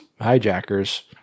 hijackers